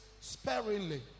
sparingly